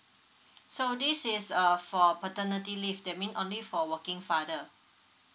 so this is err for paternity leave that mean only for working father